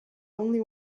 only